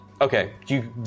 Okay